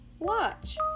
Watch